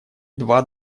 два